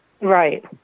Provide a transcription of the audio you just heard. Right